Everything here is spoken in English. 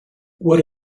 what